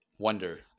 wonder